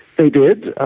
they did, ah